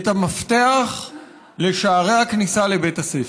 את המפתח לשערי הכניסה לבית הספר.